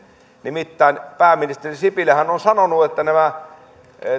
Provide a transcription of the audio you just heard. nimittäin pääministeri sipilähän on sanonut että